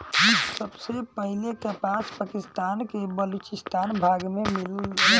सबसे पहिले कपास पाकिस्तान के बलूचिस्तान भाग में मिलल रहे